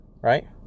right